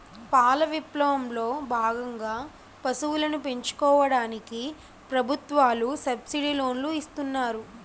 పాల విప్లవం లో భాగంగా పశువులను పెంచుకోవడానికి ప్రభుత్వాలు సబ్సిడీ లోనులు ఇస్తున్నారు